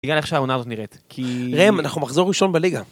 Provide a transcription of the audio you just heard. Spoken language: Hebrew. יגאל, איך שהעונה הזאת נראית? כי... רם, אנחנו מחזור ראשון בליגה.